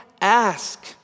ask